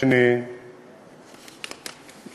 אני מוכן למסור.